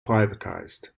privatized